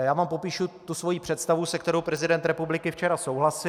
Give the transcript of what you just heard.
A já vám popíšu svoji představu, se kterou prezident republiky včera souhlasit.